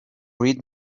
read